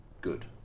good